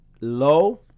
low